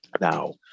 Now